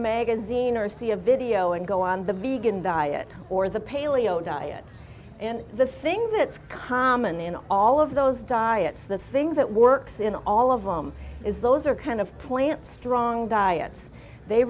magazine or see a video and go on the vegan diet or the paleo diet and the thing that's common in all of those diets the things that works in all of them is those are kind of plant strong diets they